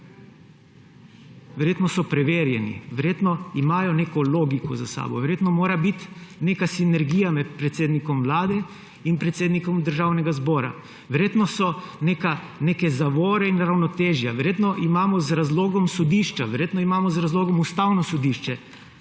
verjetno so preverjeni, verjetno imajo neko logiko za sabo, verjetno mora biti neka sinergija med predsednikom Vlade in predsednikom Državnega zbora. Verjetno so neke zavore in ravnotežja, verjetno imamo z razlogom sodišča, verjetno imamo z razlogom Ustavno sodišče.